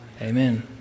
Amen